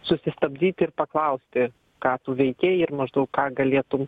susistabdyti ir paklausti ką tu veikei ir maždaug ką galėtum